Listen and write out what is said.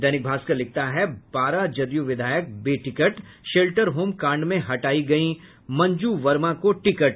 दैनिक भास्कर लिखता है बारह जदयू विधायक बेटिकट शेल्टर होम कांड में हटाई गई मंजू वर्मा को टिकट